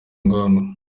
ngombwa